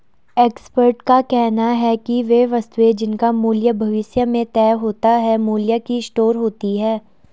expert का कहना है कि वे वस्तुएं जिनका मूल्य भविष्य में तय होता है मूल्य की स्टोर होती हैं